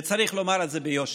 וצריך לומר את זה ביושר: